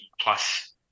plus